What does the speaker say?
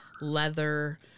leather